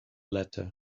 letter